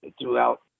throughout